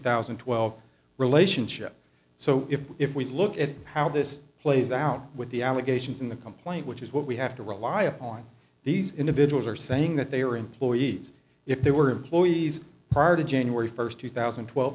thousand and twelve relationship so if if we look at how this plays out with the allegations in the complaint which is what we have to rely on these individuals are saying that they are employees if they were employees prior to january first two thousand and twelve